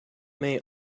may